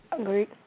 Agreed